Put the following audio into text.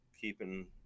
keeping